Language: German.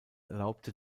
erlaubte